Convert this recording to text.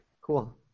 Cool